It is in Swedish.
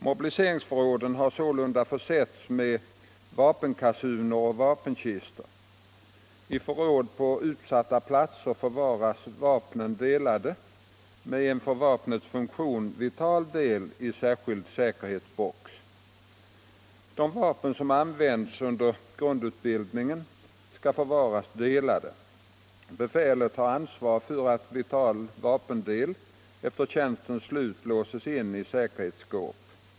Mobiliseringsförråden har sålunda försetts med vapenkasuner eller vapenkistor. I förråd på utsatta platser förvaras vapnen delade, med en för vapnets funktion vital del i särskild säkerhetsbox. De vapen som används under grundutbildningen skall förvaras delade. Befälet har ansvar för att vital vapendel efter tjänstens slut låses in i säkerhetsskåp.